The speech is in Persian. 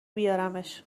بیارمش